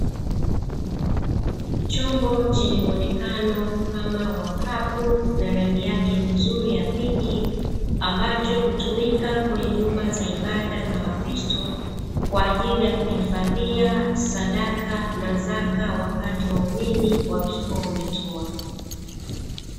Chombo chenye muonekano kama wa kapu na rangi yake nzuri ya "Pinki", ambacho hutumika kwenye nyumba za ibada za wakristo kwa ajili ya kuhifadhia sadaka na zaka wakati waumini wakiwa wametoa.